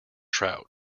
trout